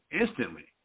instantly